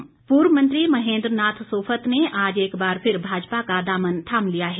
सोफत पूर्व मंत्री महेन्द्र नाथ सोफत ने आज एक बार फिर भाजपा का दामन थाम लिया है